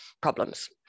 problems